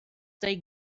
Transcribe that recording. they